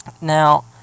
Now